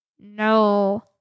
No